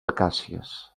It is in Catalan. acàcies